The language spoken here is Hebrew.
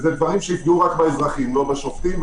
אלה דברים שיפגעו רק באזרחים לא בשופטים,